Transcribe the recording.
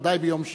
ודאי ביום שישי.